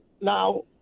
now